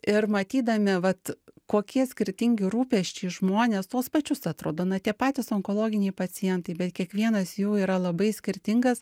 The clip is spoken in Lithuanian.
ir matydami vat kokie skirtingi rūpesčiai žmonės tuos pačius atrodo na tie patys onkologiniai pacientai bet kiekvienas jų yra labai skirtingas